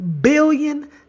billion